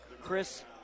Chris